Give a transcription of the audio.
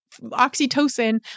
oxytocin